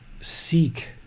seek